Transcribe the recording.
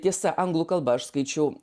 tiesa anglų kalba aš skaičiau